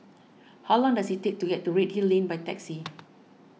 how long does it take to get to Redhill Lane by taxi